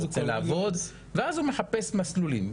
ואז הוא מחפש מסלולים.